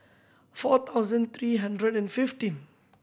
four thousand three hundred and fifteen